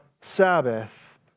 Sabbath